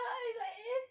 like it's like eh